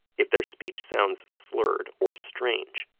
if their speech sounds slurred or strange,